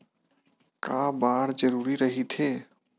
का बार जरूरी रहि थे?